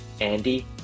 andy